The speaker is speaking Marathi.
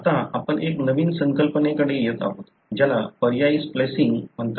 आता आपण एका नवीन संकल्पनेकडे येत आहोत ज्याला पर्यायी स्प्लिसिन्ग म्हणतात